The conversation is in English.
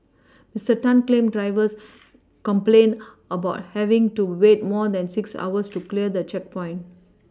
Mister Tan claimed drivers complained about having to wait more than six hours to clear the checkpoint